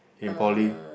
in poly